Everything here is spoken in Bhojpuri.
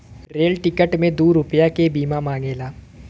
रेल टिकट मे दू रुपैया के बीमा मांगेला